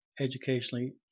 educationally